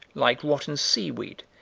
like rotten seaweed,